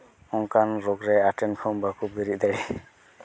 ᱚᱱᱠᱟᱱ ᱨᱳᱜᱽ ᱨᱮ ᱟᱴᱮᱫ ᱠᱷᱚᱱ ᱵᱟᱠᱚ ᱵᱮᱨᱮᱫ ᱫᱟᱲᱮᱜ